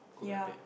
ya